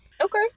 Okay